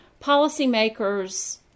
Policymakers